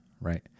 right